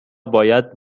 باید